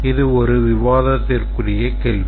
இது ஒரு விவாதத்திற்குரிய கேள்வி